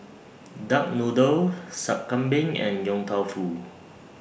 Duck Noodle Sup Kambing and Yong Tau Foo